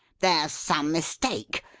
there's some mistake.